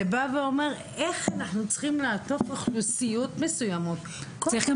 זה בא ואומר איך אנחנו צריכים לעטוף אוכלוסיות מסוימות צריך גם